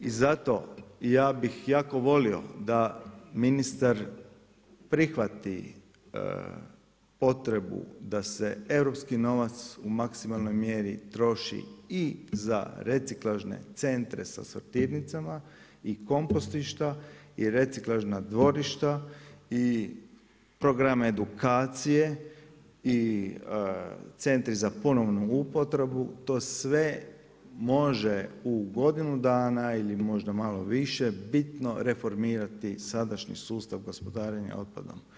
I zato, ja bih jako volio da ministar prihvati potrebu da se europski nova u maksimalnoj mjeri troši i za reciklažne centre sa sortirnicama i kompostišta jer reciklažna dvorišta i program edukacije i centri za ponovnu upotrebu, to sve može u godinu dana ili možda malo više bitno reformirati sadašnji sustav gospodarenja otpadom.